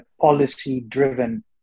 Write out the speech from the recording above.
policy-driven